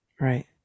Right